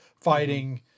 Fighting